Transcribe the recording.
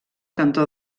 cantó